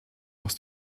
aus